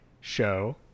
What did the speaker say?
show